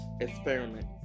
experiment